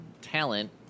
talent